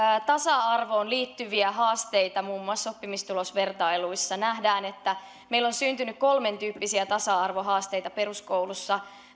tasa arvoon liittyviä haasteita muun muassa oppimistulosvertailuissa nähdään että meillä on syntynyt kolmentyyppisiä tasa arvohaasteita peruskoulussa